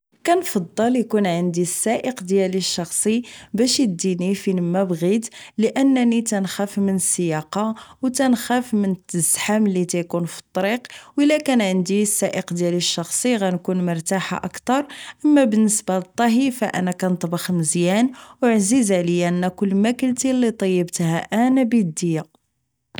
كنفضل اكون عندي السائق ديالي الشخصي باش اديني فينما بغيت لانني تنخاف من السياقة و تنخاف من الزحام اللي تيكون فالطريق ولا كان عندي السائق ديالي الشخصي غنكون مرتاحة اكتر اما بالنسبة للطهي فانا كنطبخ مزيان و عزيز عليا ناكل مكلتي اللي طيبتها انا بديا